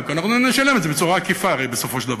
אבל אנחנו הרי נשלם את זה בצורה עקיפה בסופו של דבר.